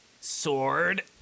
sword